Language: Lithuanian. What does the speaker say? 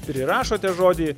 prirašote žodį